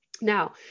Now